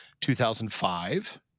2005